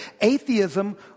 atheism